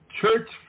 church